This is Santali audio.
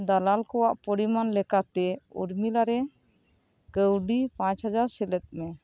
ᱫᱟᱞᱟᱞ ᱠᱚᱣᱟᱜ ᱯᱚᱨᱤᱢᱟᱱ ᱞᱮᱠᱟᱛᱮ ᱩᱨᱢᱤᱞᱟ ᱨᱮ ᱠᱟᱣᱰᱤ ᱯᱟᱸᱪ ᱦᱟᱡᱟᱨ ᱥᱮᱞᱮᱫᱽ ᱢᱮ